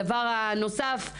הדבר הנוסף,